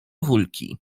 wólki